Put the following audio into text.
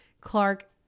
Clark